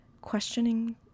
Questioning